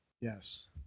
Yes